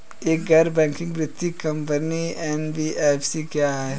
एक गैर बैंकिंग वित्तीय कंपनी एन.बी.एफ.सी क्या है?